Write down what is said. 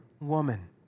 woman